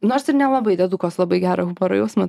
nors ir nelabai diedukas labai gerą humoro jausmą